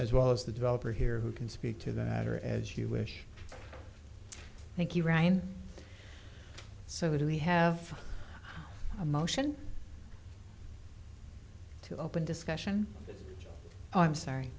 as well as the developer here who can speak to that or as you wish thank you ryan so do we have a motion to open discussion i'm sorry